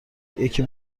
یکی